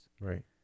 Right